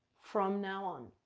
from now on.